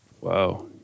Wow